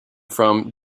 from